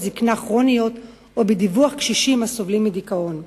זיקנה כרוניות או בדיווח על קשישים הסובלים מדיכאון.